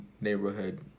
neighborhood